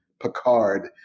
Picard